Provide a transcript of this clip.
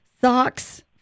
socks